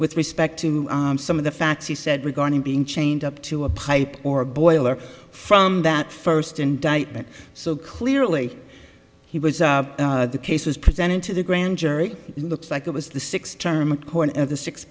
with respect to some of the facts he said regarding being chained up to a pipe or a boiler from that first indictment so clearly he was the case was presented to the grand jury looks like it was the six term horn at the six